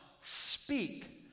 speak